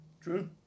True